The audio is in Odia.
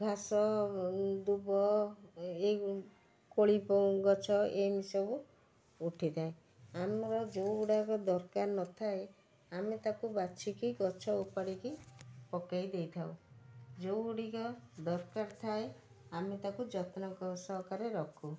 ଘାସ ଦୁବ କୋଳି ଗଛ ଏମିତି ସବୁ ଉଠିଥାଏ ଆମର ଯେଉଁ ଗୁଡ଼ାକ ଦରକାର ନଥାଏ ଆମେ ତାକୁ ବାଛିକି ଗଛ ଉପାଡ଼ିକି ପକାଇ ଦେଇଥାଉ ଯେଉଁ ଗୁଡ଼ିକ ଦରକାର ଥାଏ ଆମେ ତାକୁ ଯତ୍ନ ସହକାରେ ରଖୁ